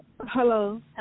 Hello